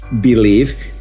Believe